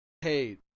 hey